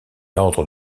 ordre